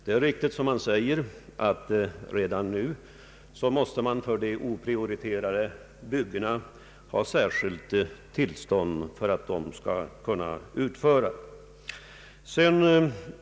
Det är riktigt som han säger att man redan nu måste ha särskilt tillstånd för att få uppföra oprioriterade byggen.